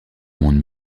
monde